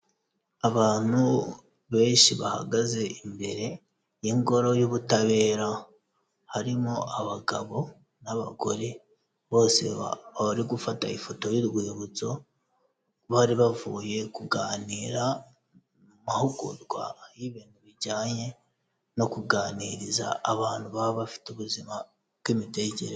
Abantu benshi bahagaze imbere y'Ingoro y'Ubutabera, harimo abagabo n'abagore bose bari gufata ifoto y'urwibutso, bari bavuye kuganira mu mahugurwa y'ibintu bijyanye no kuganiriza abantu baba bafite ubuzima bw'imitekerereze.